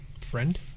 Friend